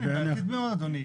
כן, היא בעייתית מאוד, אדוני.